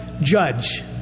judge